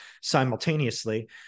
simultaneously